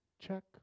check